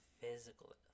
physical